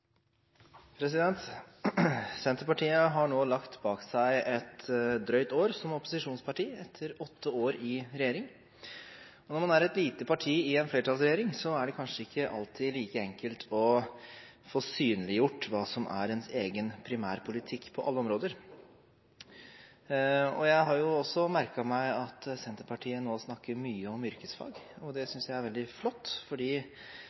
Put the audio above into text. Senterpartiet har nå lagt bak seg et drøyt år som opposisjonsparti, etter åtte år i regjering, og når man er et lite parti i en flertallsregjering, er det kanskje ikke alltid like enkelt å få synliggjort hva som er ens egen primærpolitikk på alle områder. Jeg har også merket meg at Senterpartiet nå snakker mye om yrkesfag. Det synes jeg er veldig flott, for det